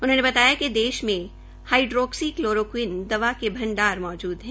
उन्होंने बताया कि देश में हाइड्रोक्लोरो क्वीन दवा के भंडार मौजूद है